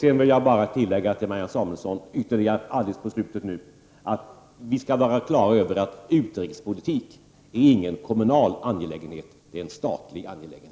Jag vill sedan bara till Marianne Samuelson tillägga att vi skall vara på det klara med att utrikespolitik inte är någon kommunal angelägenhet — det är en statlig angelägenhet.